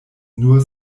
nur